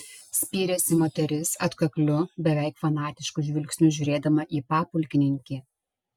spyrėsi moteris atkakliu beveik fanatišku žvilgsniu žiūrėdama į papulkininkį